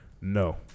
No